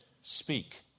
speak